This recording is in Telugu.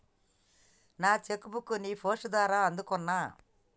నా చెక్ బుక్ ని పోస్ట్ ద్వారా అందుకున్నా